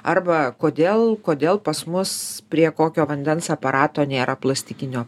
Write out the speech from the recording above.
arba kodėl kodėl pas mus prie kokio vandens aparato nėra plastikinio